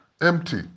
empty